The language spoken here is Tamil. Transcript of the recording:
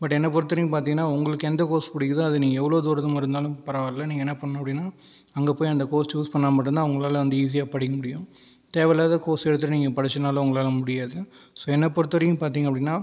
பட் என்னை பொறுத்தவரைக்கும் பார்த்தீங்கன்னா உங்களுக்கு எந்த கோர்ஸ் பிடிக்குதோ அதை நீங்கள் எவ்வளோ தூரமாக இருந்தாலும் பரவாயில்லை நீங்கள் என்ன பண்ணணும் அப்படின்னா அங்கே போய் அந்த கோர்ஸ் சூஸ் பண்ணால் மட்டும்தான் உங்களால் வந்து ஈஸியாக படிக்க முடியும் தேவையில்லாத கோர்ஸ் எடுத்து நீங்கள் படித்தீங்கனாலும் உங்களால் முடியாது ஸோ என்னை பொறுத்தவரைக்கும் பார்த்தீங்க அப்படின்னா